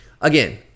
again